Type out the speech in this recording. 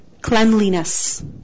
cleanliness